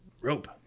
Rope